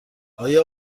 آیا